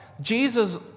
Jesus